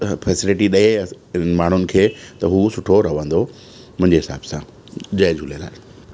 facility ॾे माण्हुनि खे त हू सुठो रहंदो मुंहिंजे हिसाब सां जय झूलेलाल